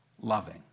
loving